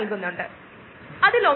യഥാർത്ഥത്തിൽ ഇത് ഉരുണ്ടതാണ്